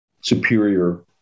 superior